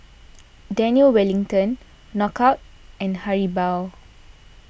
Daniel Wellington Knockout and Haribo